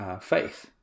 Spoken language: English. faith